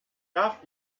darf